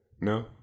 No